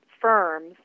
firms